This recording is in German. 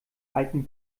alten